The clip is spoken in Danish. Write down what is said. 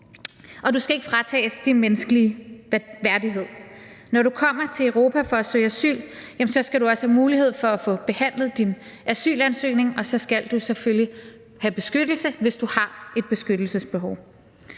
og du skal ikke fratages din menneskelige værdighed. Når du kommer til Europa for at søge asyl, skal du også have mulighed for at få behandlet din asylansøgning, og så skal du selvfølgelig have beskyttelse, hvis du har et beskyttelsesbehov.